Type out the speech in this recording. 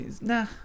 Nah